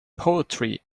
poetry